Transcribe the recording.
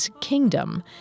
kingdom